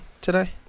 today